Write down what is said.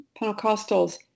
Pentecostals